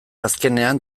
azkenean